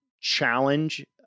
challenge